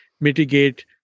mitigate